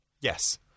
Yes